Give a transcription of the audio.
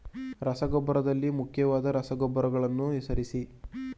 ರಸಗೊಬ್ಬರದಲ್ಲಿನ ಮುಖ್ಯವಾದ ರಸಗೊಬ್ಬರಗಳನ್ನು ಹೆಸರಿಸಿ?